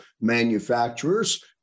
Manufacturers